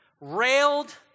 railed